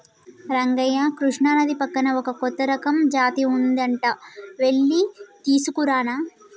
రంగయ్య కృష్ణానది పక్కన ఒక కొత్త రకం జాతి ఉంది అంట వెళ్లి తీసుకురానా